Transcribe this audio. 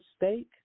mistake